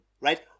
Right